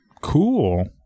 Cool